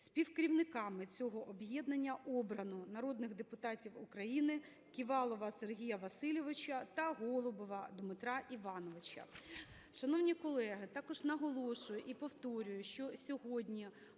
Співкерівниками цього об'єднання обрано народних депутатів України Ківалова Сергія Васильовича та Голубова Дмитра Івановича.